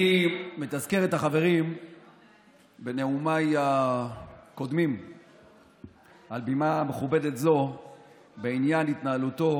אני מתזכר את החברים בנאומיי הקודמים על בימה מכובדת זו בעניין התנהלותו